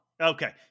Okay